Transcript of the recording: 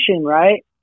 right